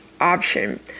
option